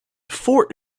fort